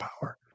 power